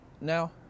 Now